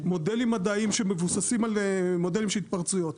מודלים מדעיים שמבוססים על מודלים של התפרצויות.